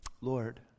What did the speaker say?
Lord